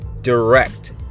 Direct